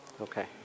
Okay